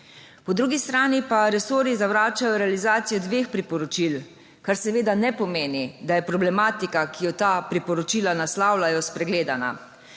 Po drugi strani pa resorji zavračajo realizacijo dveh priporočil, kar seveda ne pomeni, da je problematika, ki jo ta priporočila naslavljajo, spregledana.